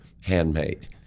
handmade